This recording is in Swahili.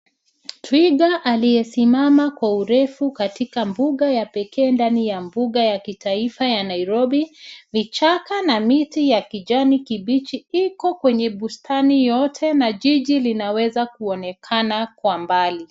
Twiga aliyesimama kwa urefu katika mbuga ya pekee ndani ya mbuga ya kitaifa ya Nairobi, vichaka na miti ya kijani kibichi iko kwenye bustani yote na jiji linaweza kuonekana kwa mbali.